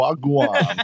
Wagwan